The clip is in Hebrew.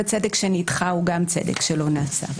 וצדק שנדחה הוא גם צדק שלא נעשה.